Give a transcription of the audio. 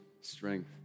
strength